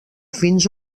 fins